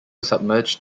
submerged